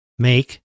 Make